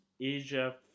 Asia